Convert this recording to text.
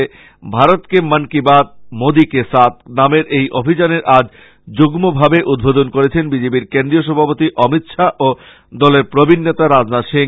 ভারত কে মন কী বাত মোদী কী সাথ নামের এই অভিযানের আজ যুগ্মভাবে উদ্বোধন করেছেন বিজেপির কেন্দ্রীয় সভাপতি অমিত শাহ এবং দলের প্রবীণ নেতা রাজনাথ সিং